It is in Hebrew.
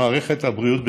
מערכת הבריאות,